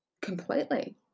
completely